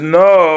no